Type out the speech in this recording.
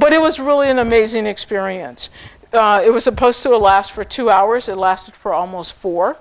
what it was really an amazing experience it was supposed to last for two hours and lasted for almost for